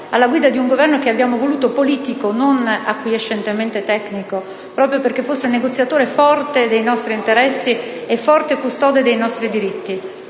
alla guida di un Governo che abbiamo voluto politico, non acquiescentemente tecnico, proprio perché fosse negoziatore forte dei nostri interessi e forte custode dei nostri diritti.